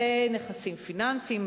ונכסים פיננסיים,